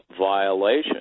violation